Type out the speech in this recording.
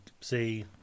see